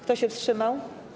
Kto się wstrzymał?